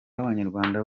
w’abanyarwanda